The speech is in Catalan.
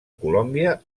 colòmbia